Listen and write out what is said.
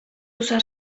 usar